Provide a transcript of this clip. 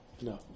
No